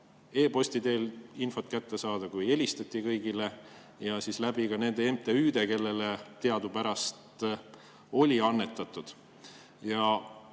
e-posti teel infot kätte saada kui ka helistati kõigile, ja siis [uuriti ka] nendelt MTÜ-delt, kellele teadupärast oli annetatud.